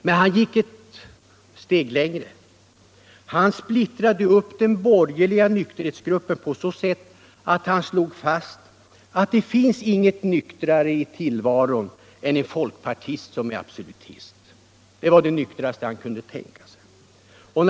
Men han gick ett steg längre. Han splittrade upp den borgerliga nykterhetsgruppen på så sätt att han slog fast att det finns inget nyktrare i tillvaron än en folkpartist som är absolutist. Det var det nyktraste han kunde tänka sig.